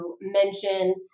mention